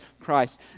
Christ